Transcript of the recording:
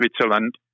Switzerland